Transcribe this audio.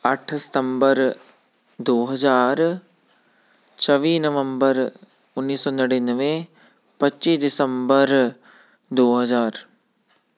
ਅੱਠ ਸਤੰਬਰ ਦੋ ਹਜ਼ਾਰ ਚੌਵੀ ਨਵੰਬਰ ਉੱਨੀ ਸੌ ਨੜ੍ਹਿਨਵੇਂ ਪੱਚੀ ਦਸੰਬਰ ਦੋ ਹਜ਼ਾਰ